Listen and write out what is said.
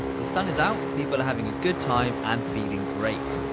the sun is out, people are having a good time and feeling great.